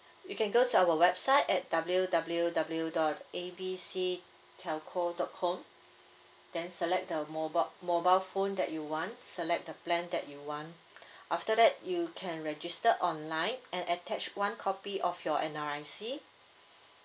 you can go to our website at w w w dot A B C telco dot com then select the mobile mobile phone that you want select the plan that you want after that you can register online and attach one copy of your N_R_I_C